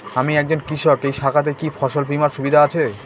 আমি একজন কৃষক এই শাখাতে কি ফসল বীমার সুবিধা আছে?